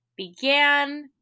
began